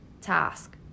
task